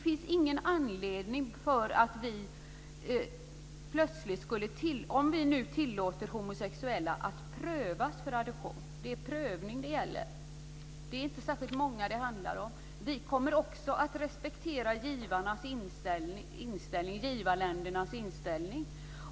Vi vill tillåta att homosexuella prövas för adoption. Det är en prövning det gäller, och det är inte särskilt många det handlar om. Vi kommer också att respektera givarländernas inställning.